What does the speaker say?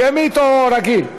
שמית או רגיל?